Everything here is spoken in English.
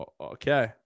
Okay